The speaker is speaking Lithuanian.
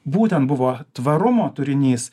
būtent buvo tvarumo turinys